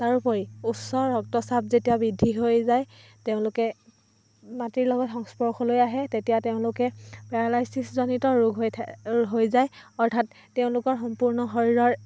তাৰোপৰি উচ্চ ৰক্তচাপ যেতিয়া বৃদ্ধি হৈ যায় তেওঁলোকে মাটিৰ লগত সংস্পৰ্শলৈ আহে তেতিয়া তেওঁলোকে পেৰালাইছিছ জনিত ৰোগ হৈ থা হৈ যায় অৰ্থাৎ তেওঁলোকৰ সম্পূৰ্ণ শৰীৰৰ